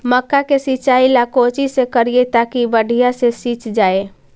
मक्का के सिंचाई ला कोची से करिए ताकी बढ़िया से सींच जाय?